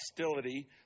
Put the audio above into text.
hostility